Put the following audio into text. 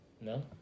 No